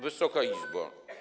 Wysoka Izbo!